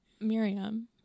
miriam